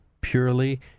purely